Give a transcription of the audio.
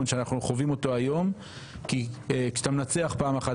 שאנחנו חווים אותו היום כי כשאתה מנצח פעם אחת